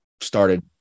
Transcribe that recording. started